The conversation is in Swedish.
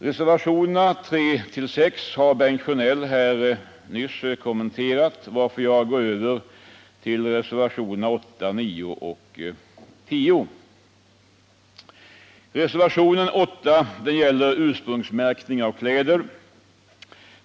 Reservationerna 3-6 har Bengt Sjönell nyss kommenterat. Jag skall därför inte gå in på dem utan skall ta upp reservationerna 8, 9 och 10. Reservationen 8 gäller ursprungsmärkning av kläder.